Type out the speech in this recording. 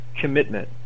commitment